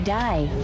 die